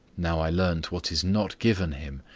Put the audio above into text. now i learnt what is not given him.